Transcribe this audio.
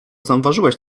zauważyłeś